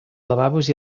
lavabos